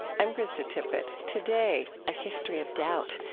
i'm krista tippett. today, a history of doubt,